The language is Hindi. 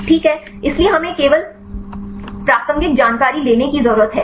ठीकहै इसलिए हमें केवल प्रासंगिक जानकारी लेने की जरूरत है